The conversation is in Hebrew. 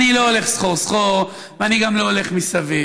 אני לא הולך סחור-סחור ואני גם לא הולך מסביב.